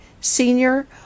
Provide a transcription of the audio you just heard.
senior